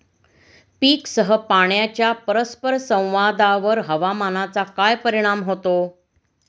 पीकसह पाण्याच्या परस्पर संवादावर हवामानाचा काय परिणाम होतो?